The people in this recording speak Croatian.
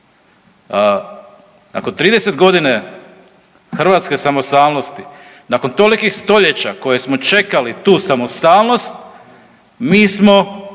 Nakon 30 godina hrvatske samostalnosti, nakon tolikih stoljeća koju smo čekali tu samostalnost mi smo